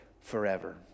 forever